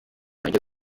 yawe